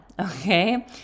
Okay